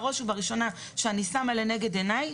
בראש ובראשונה שאני שמה לנגד עיני,